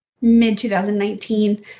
mid-2019